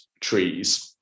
trees